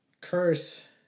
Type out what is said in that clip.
curse